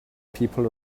people